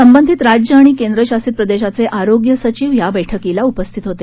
संबंधित राज्य आणि केंद्र शासित प्रदेशाचे आरोग्य सचिव या बैठकीला उपस्थित होते